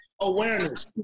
awareness